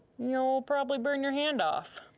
you'll probably burn your hand off.